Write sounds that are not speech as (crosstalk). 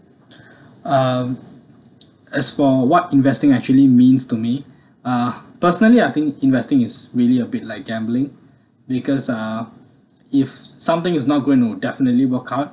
um (noise) as for what investing actually means to me ah personally I think investing is really a bit like gambling because ah if something is not going to definitely workout